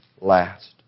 last